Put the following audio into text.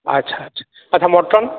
ଆଚ୍ଛା ଆଚ୍ଛା ଆଚ୍ଛା ମଟନ୍